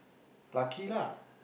lucky lah